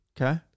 Okay